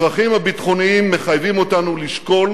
הצרכים הביטחוניים מחייבים אותנו לשקול